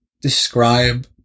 describe